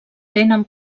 tenen